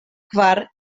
kvar